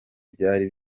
byari